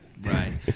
Right